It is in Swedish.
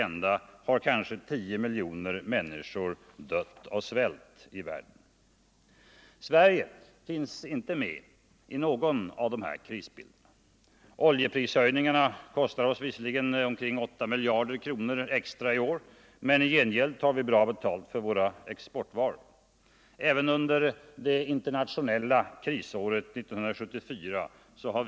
Nr 122 ända har kanske tio miljoner människor dött av svält. Torsdagen den Sverige finns inte med i någon av dessa krisbilder. Oljeprishöjningarna — 14 november 1974 kostar oss visserligen åtta miljarder extra i år. Men i gengäld tar vi bra betalt för våra exportvaror. Även under det internationella krisåret 1974 Ang.